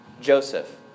Joseph